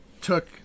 Took